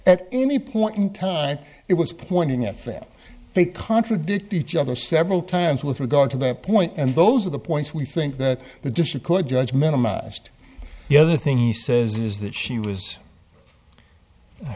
at any point in time it was pointing at them they contradict each other several times with regard to that point and those are the points we think that the just a could judge minimized the other thing he says is that she was